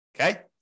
Okay